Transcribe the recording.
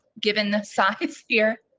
given the sockets sphere?